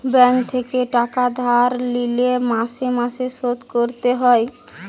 bank থেকে টাকা ধার লিলে মাসে মাসে শোধ করতে হয়